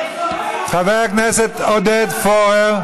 חבר הכנסת עודד פורר.